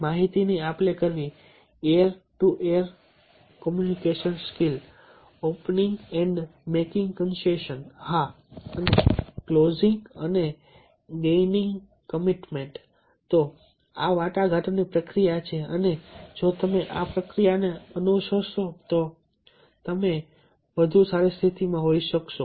માહિતીની આપલે કરવી એર communication skills opening and making concession હા અને ક્લોઝિંગ અને ગેઈનિંગ કમિટમેન્ટ તો આ વાટાઘાટોની પ્રક્રિયા છે અને જો તમે આ પ્રક્રિયાને અનુસરશો તો તમે વધુ સારી સ્થિતિમાં છીએ